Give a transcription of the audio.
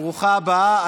ברוכה הבאה.